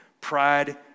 pride